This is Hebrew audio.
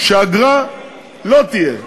שאגרה לא תהיה.